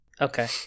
Okay